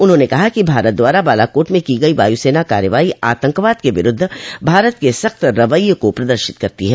उन्होंने कहा कि भारत द्वारा बालाकोट में की गई वायुसेना कार्रवाइ आतंकवाद के विरूद्व भारत के सख्त रवैये को प्रदर्शित करती है